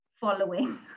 following